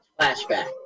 Flashback